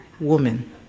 woman